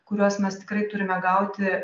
kuriuos mes tikrai turime gauti